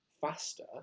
faster